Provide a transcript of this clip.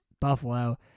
Buffalo